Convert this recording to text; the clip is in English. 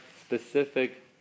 specific